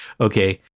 Okay